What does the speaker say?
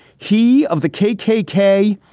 he of the kkk.